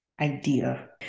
idea